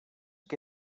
que